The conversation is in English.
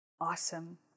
awesome